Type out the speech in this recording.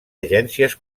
agències